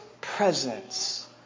presence